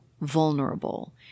vulnerable